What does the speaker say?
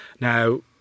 Now